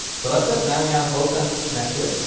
so that's it. now we have both sensors connected